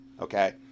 okay